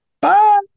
bye